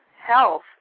Health